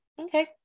Okay